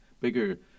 bigger